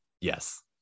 Yes